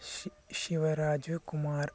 she Shivaraju Kumar